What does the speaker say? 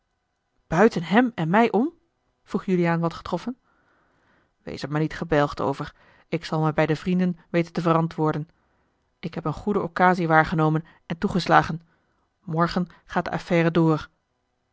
buiten hem en mij om vroeg juliaan wat getroffen wees er maar niet gebelgd over ik zal mij bij de vrienden weten te verantwoorden ik heb eene goede occasie waargenomen en toegeslagen morgen gaat de affaire door